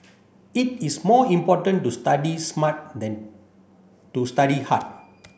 it is more important to study smart than to study hard